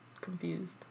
confused